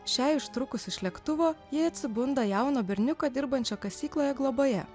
šiai ištrūkus iš lėktuvo ji atsibunda jauno berniuko dirbančio kasykloje globoje